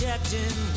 Captain